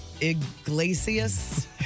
Iglesias